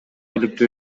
иликтөө